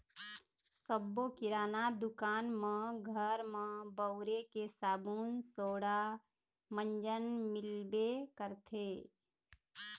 सब्बो किराना दुकान म घर म बउरे के साबून सोड़ा, मंजन मिलबे करथे